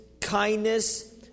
kindness